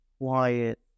quiet